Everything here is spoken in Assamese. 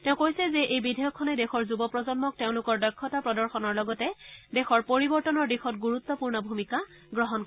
তেওঁ কৈছে যে এই বিধেয়কখনে দেশৰ যুৱ প্ৰজন্মক তেওঁলোকৰ দক্ষতা প্ৰদৰ্শনৰ লগতে দেশৰ পৰিৱৰ্তনৰ দিশত গুৰুত্বপূৰ্ণ ভূমিকা গ্ৰহণ কৰিব